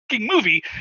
movie